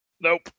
Nope